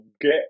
get